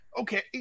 Okay